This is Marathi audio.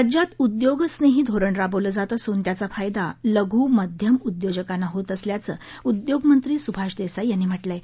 राज्यात उद्योगस्नेही धोरण राबवलं जात असून याचा फायदा लघु मध्यम उद्योजकांना होत असल्याचं उद्योगमंत्री सुभाष देसाई यांनी म्हाळा आहे